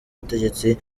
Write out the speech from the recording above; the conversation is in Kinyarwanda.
ubutegetsi